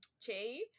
Che